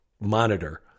monitor